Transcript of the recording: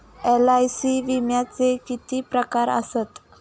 LIC विम्याचे किती प्रकार आसत?